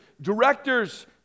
directors